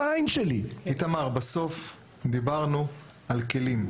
איתמר, בסוף דיברנו על כלים.